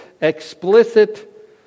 explicit